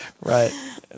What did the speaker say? Right